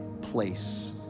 place